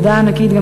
תודה ענקית,